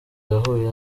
yahuye